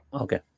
okay